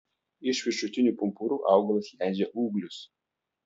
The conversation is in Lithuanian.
iš viršutinių pumpurų augalas leidžia ūglius